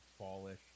fallish